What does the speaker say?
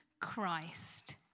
Christ